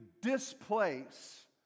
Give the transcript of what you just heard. displace